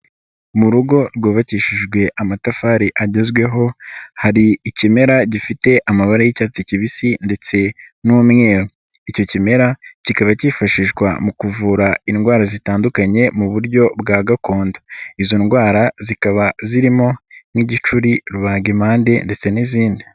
Mu rugo rwubakishijwe amatafari agezweho. Hari ikimera gifite amabara y'icyatsi kibisi ndetse n'umweru. Icyo kimera kikaba kifashishwa mu kuvura indwara zitandukanye mu buryo bwa gakondo. Izo ndwara zikaba zirimo nk'igicuri, rubagimpande ndetse n'izindi.